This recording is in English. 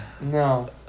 No